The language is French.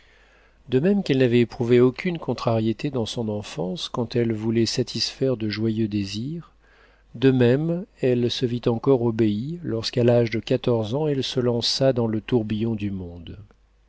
de même qu'elle n'avait éprouvé aucune contrariété dans son enfance quand elle voulait satisfaire de joyeux désirs de même elle se vit encore obéie lorsqu'à l'âge de quatorze ans elle se lança dans le tourbillon du monde